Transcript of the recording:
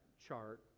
chart